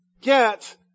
get